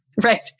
right